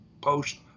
post